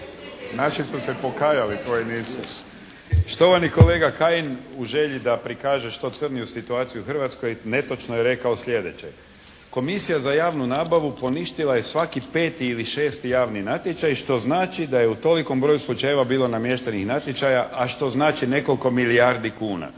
**Hebrang, Andrija (HDZ)** Štovani kolega Kajin, u želji da prikaže što crniju situaciju u Hrvatskoj netočno je rekao slijedeće. Komisija za javnu nabavu poništila je svaki peti ili šesti javni natječaj što znači da je u tolikom broju slučajeva bilo namještenih natječaja, a što znači nekoliko milijardi kuna